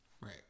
right